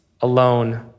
alone